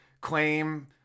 claim